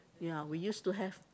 ya we used to have